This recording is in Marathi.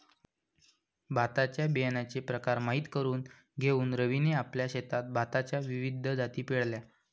भाताच्या बियाण्याचे प्रकार माहित करून घेऊन रवीने आपल्या शेतात भाताच्या विविध जाती पेरल्या